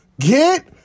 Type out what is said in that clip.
Get